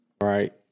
right